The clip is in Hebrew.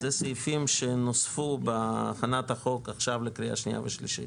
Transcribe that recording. אלה סעיפים שנוספו בהכנת החוק עכשיו לקריאה שנייה ושלישית.